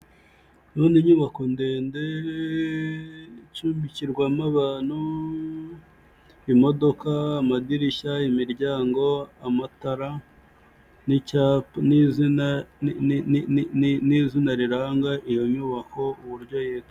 Iyi ni inyubako ndende, icumbikirwamo abantu, imodoka, amadirishya, imiryango, amatara, n'icyapa n'izina riranga iyo nyubako uburyo yitwa.